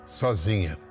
sozinha